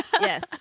Yes